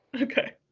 Okay